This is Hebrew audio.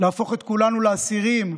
להפוך את כולנו לאסירים,